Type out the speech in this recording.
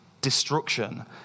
destruction